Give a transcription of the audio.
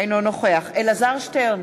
אינו נוכח אלעזר שטרן,